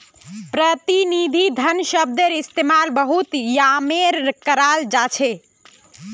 प्रतिनिधि धन शब्दर इस्तेमाल बहुत माय्नेट कराल जाहा